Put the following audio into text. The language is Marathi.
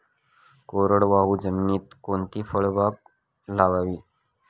कोरडवाहू जमिनीत कोणती फळबाग लावावी?